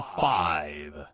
five